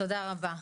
תודה רבה.